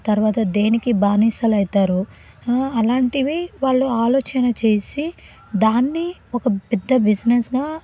తర్వాత దేనికి బానిసలు అయితారో అలాంటివే వాళ్ళు ఆలోచన చేసి దాన్ని ఒక పెద్ద బిజినెస్గా